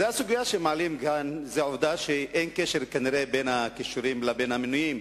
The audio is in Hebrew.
הסוגיה שמעלים כאן היא העובדה שכנראה אין קשר בין הכישורים למינויים,